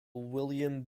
william